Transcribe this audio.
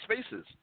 spaces